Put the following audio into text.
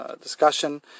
discussion